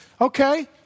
okay